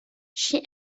she